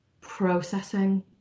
processing